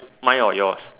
mine or yours